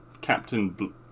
Captain